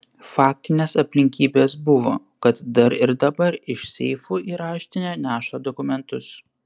faktinės aplinkybės buvo kad dar ir dabar iš seifų į raštinę neša dokumentus